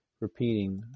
Repeating